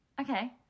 Okay